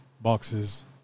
boxes